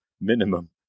minimum